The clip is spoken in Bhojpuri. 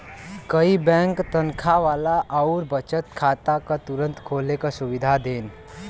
कई बैंक तनखा वाला आउर बचत खाता क तुरंत खोले क सुविधा देन